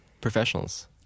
professionals